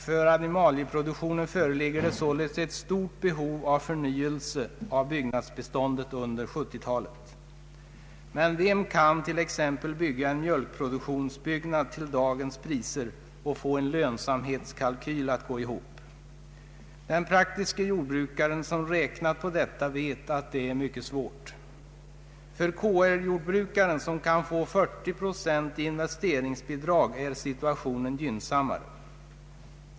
För animalieproduktionen föreligger således ett stort behov av förnyelse av byggnadsbeståndet under 1970-talet. Men vem kan t.ex. uppföra en mjölkproduktionsbyggnad till dagens priser och få en lönsamhetskalkyl för produktionsgrenen att gå ihop? Den praktiske jordbrukaren som räknat på detta vet att det är mycket svårt. För KR-jordbrukaren, som kan få 40 procent i investe ringsbidrag, är situationen mare.